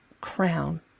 crown